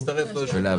אני מצטרף ליושב-ראש.